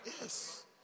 Yes